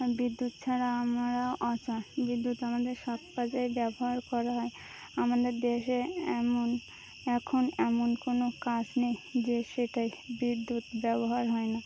বিদ্যুৎ ছাড়া আমরাও অচল বিদ্যুৎ আমাদের সব কাজে ব্যবহার করা হয় আমাদের দেশে এমন এখন এমন কোনো কাজ নেই যে সেটাই বিদ্যুৎ ব্যবহার হয় না